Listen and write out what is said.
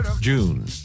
June